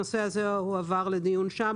הנושא הזה הועבר לדיון שם,